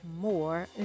more